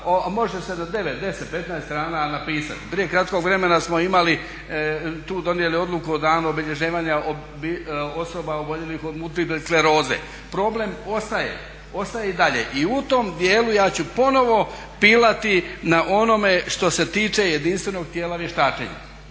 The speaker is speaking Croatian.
može se do 9, 10, 15 strana napisati. Prije kratkog vremena smo imali, tu donijeli odluku o danu obilježavanja osoba oboljelih od multipleskleroze. Problem ostaje, ostaje i dalje. I u tom dijelu ja ću ponovno pilati na onome što se tiče jedinstvenog tijela vještačenja.